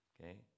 okay